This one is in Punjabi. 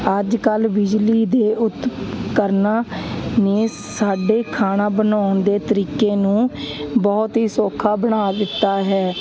ਅੱਜ ਕੱਲ੍ਹ ਬਿਜਲੀ ਦੇ ਉਪਕਰਨਾਂ ਨੇ ਸਾਡੇ ਖਾਣਾ ਬਣਾਉਣ ਦੇ ਤਰੀਕੇ ਨੂੰ ਬਹੁਤ ਹੀ ਸੌਖਾ ਬਣਾ ਦਿੱਤਾ ਹੈ